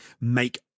make